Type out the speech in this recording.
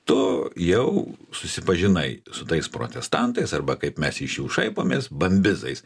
tu jau susipažinai su tais protestantais arba kaip mes iš jų šaipomės bambizais